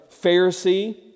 Pharisee